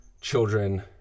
children